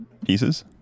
Pieces